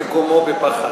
מקומו בפח האשפה.